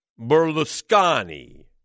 Berlusconi